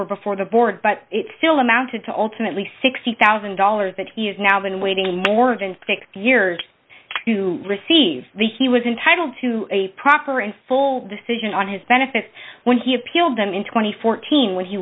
were before the board but it still amounted to ultimately sixty thousand dollars that he has now been waiting more than six years to receive the he was entitled to a proper and full decision on his benefits when he appealed them in two thousand and fourteen when he